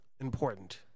Important